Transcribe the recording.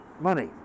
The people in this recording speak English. money